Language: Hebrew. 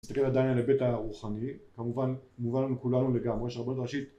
נסתכל עדיין על ההיבט הרוחני, כמובן, מובן לכולנו לגמרי, שרבנות ראשית